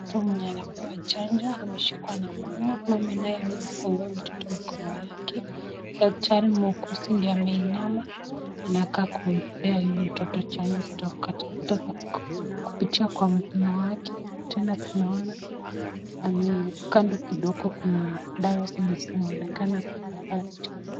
Mtu mwenye anapewa chanjo ameshikwa na mama, mama naye amemfungua mtoto mkono yake, daktari muuguzi ndiye ameinama anakaa kumpea mtoto huyu chanjo kupitia kwa mkono wake, tena tunaona kando kidogo kuna dawa zenye zimeonekana kwa kabati.